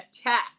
attack